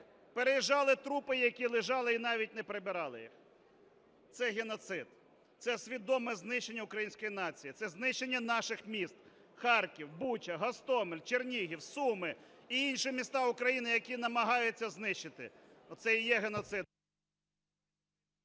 переїжджали трупи, які лежали, і навіть не прибирали їх. Це геноцид! Це свідоме знищення української нації. Це знищення наших міст: Харків, Буча, Гостомель, Чернігів, Суми і інші міста України, які намагаються знищити. Оце і є геноцид...